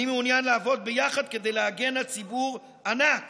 אני מעוניין לעבוד ביחד כדי להגן על ציבור ענק